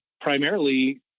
primarily